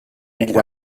igl